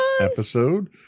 episode